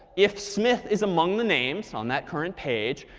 if smith is among the names on that current page,